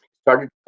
started